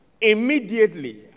immediately